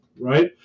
right